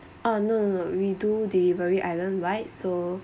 ah no no we do delivery island wide so